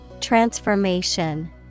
Transformation